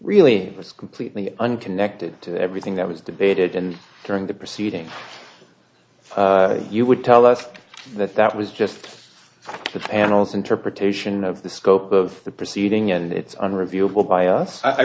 really was completely unconnected to everything that was debated and during the proceedings you would tell us that that was just the panel's interpretation of the scope of the proceeding and it's on